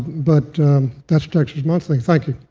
but that's texas monthly. thank you.